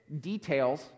details